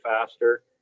faster